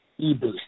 eBoost